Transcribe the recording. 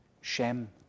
Shem